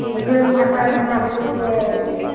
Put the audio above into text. ᱵᱩᱡᱷᱟᱹᱣᱤᱧ ᱦᱟᱛᱟᱣ ᱡᱚᱝᱟᱜ ᱞᱟᱹᱜᱤᱫ ᱛᱮᱧ